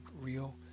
real